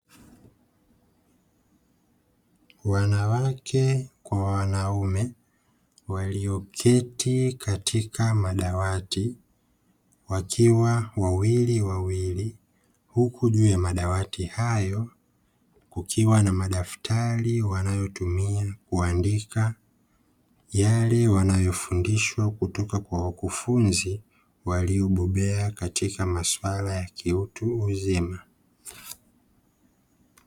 Wanawake kwa wanaume walio keti katika madawati wakiwa wawili wawili, huku juu ya madawati hayo, kukiwa na madaftari wanayo tumia kuandika, yale wanayofundishwa kutoka kwa wakufunzi waliobobea katika masuala ya kiutu uzima.